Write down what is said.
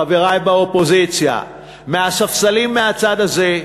חברי באופוזיציה, מהספסלים מהצד הזה,